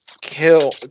Kill